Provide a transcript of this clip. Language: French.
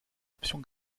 option